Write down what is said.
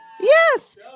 Yes